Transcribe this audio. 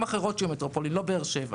תהיינה ערים אחרות שיהיו מטרופולין, לא באר שבע.